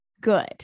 good